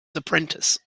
apprentice